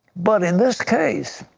but in this case,